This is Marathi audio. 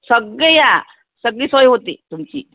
सगळे या सगळी सोय होते तुमची